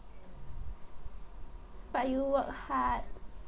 but you work hard